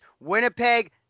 Winnipeg